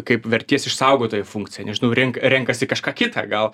kaip vertės išsaugotojo funkciją nežinau renk renkasi kažką kitą gal